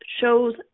shows